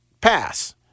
pass